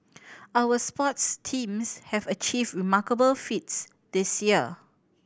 our sports teams have achieved remarkable feats this year